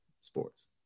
sports